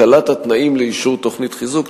הקלת התנאים לאישור תוכנית חיזוק).